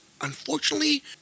unfortunately